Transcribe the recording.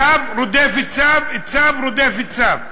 צו רודף צו, צו רודף צו.